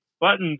buttons